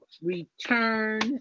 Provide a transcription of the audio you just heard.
return